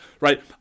right